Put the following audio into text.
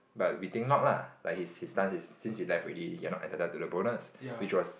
but we think not lah like his his stuns is since you left already you are not entitled to the bonus which was